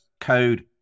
code